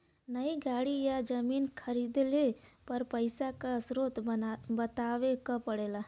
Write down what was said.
नई गाड़ी या जमीन खरीदले पर पइसा क स्रोत बतावे क पड़ेला